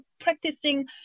practicing